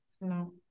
No